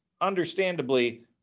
understandably